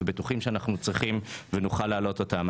ובטוחים שאנחנו צריכים ונוכל להעלות אותם.